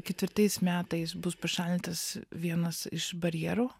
ketvirtais metais bus pašalintas vienas iš barjerų